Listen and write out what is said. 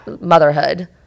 motherhood